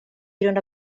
grund